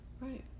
right